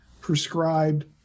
prescribed